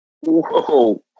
Whoa